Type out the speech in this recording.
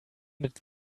mit